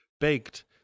baked –